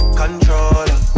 controller